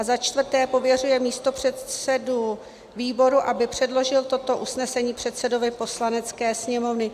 A za čtvrté pověřuje místopředsedu výboru, aby předložil toto usnesení předsedovi Poslanecké sněmovny.